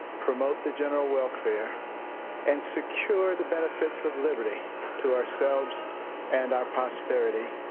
promote the general welfare and secure the benefits of liberty to ourselves and our posterity,